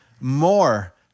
more